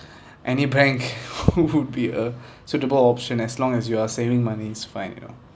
any bank would be a suitable option as long as you are saving money it's fine you know